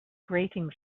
grating